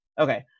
Okay